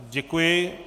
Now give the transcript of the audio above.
Děkuji.